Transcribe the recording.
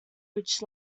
which